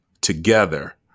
together